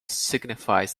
signifies